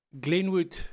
Glenwood